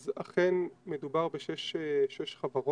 אז אכן מדובר בשש חברות